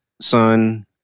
son